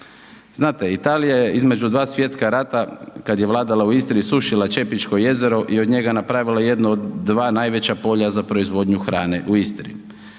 Znate, Italija je između dva svjetska rata kad je vladala u Istri i osušila Čepićko jezero i od njega napravila jednu od dva najveća polja za proizvodnju hrane u Istri.